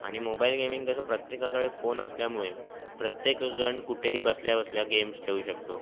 आणि mobile gaming कसं प्रत्येकाकडे फोन असल्यामुळे प्रत्येकजण कुठेही बसल्या बसल्या गेम्स खेळू शकतो